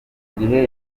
gihe